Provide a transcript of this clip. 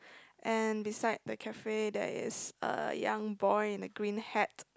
and beside the cafe there is a young boy in a green hat